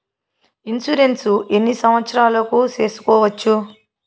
Insurance ఎన్ని సంవత్సరాలకు సేసుకోవచ్చు?